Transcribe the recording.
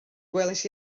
gwelais